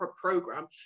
program